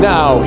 Now